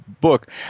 book